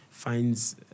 finds